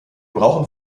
brauchen